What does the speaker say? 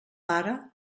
pare